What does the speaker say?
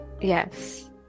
Yes